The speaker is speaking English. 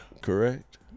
Correct